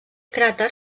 cràter